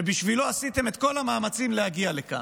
שבשבילו עשיתם את כל המאמצים להגיע לכאן?